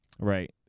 Right